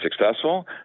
successful